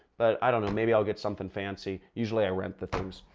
but i don't know maybe i'll get something fancy. usually i rent the things.